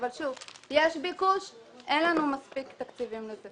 שוב, יש ביקוש אבל אין לנו מספיק תקציבים לזה.